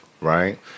right